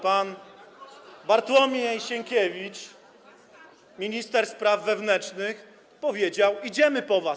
Pan Bartłomiej Sienkiewicz, minister spraw wewnętrznych, powiedział: Idziemy po was.